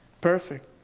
perfect